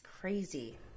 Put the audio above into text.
crazy